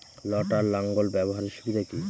লটার লাঙ্গল ব্যবহারের সুবিধা কি?